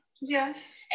Yes